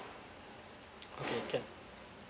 okay can